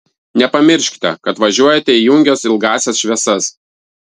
nepamirškite kad važiuojate įjungęs ilgąsias šviesas